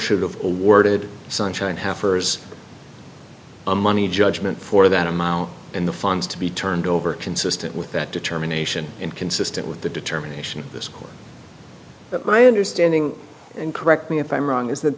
should have awarded sunshine half hours a money judgment for that amount and the funds to be turned over consistent with that determination and consistent with the determination of this court but my understanding and correct me if i'm wrong is that